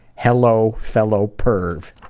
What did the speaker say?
hello, fellow perv.